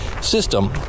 system